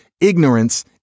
ignorance